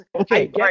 okay